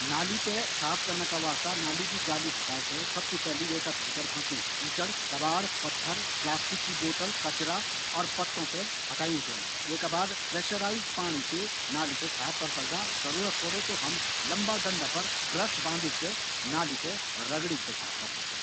नाली थें साफ करना का वास्ता सबसे पैली नाली जाली हटेक थें विका भीतर फंसीयु कीचड़, कबाड़, प्लास्टिक की बोतल, कचरा और पत्तों थें हटायूँ चेंदु। वेका बाद प्रेसराइज्ड पाणी से नाली थें साफ करी सकदां। जरूरत पड़न पर लम्बा डंडा पर ब्रश बंधिक नाली थें रगड़ीक साफ करी सकदां।